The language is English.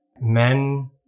Men